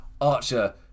Archer